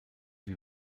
wie